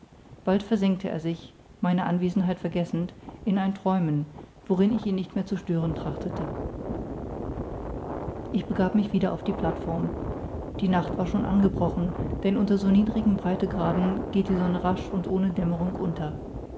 bald versenkte er sich meine anwesenheit vergessend in ein träumen worin ich ihn nicht mehr zu stören trachtete ich begab mich wieder auf die plateform die nacht war schon angebrochen denn unter so niedrigen breitegraden geht die sonne rasch und ohne dämmerung unter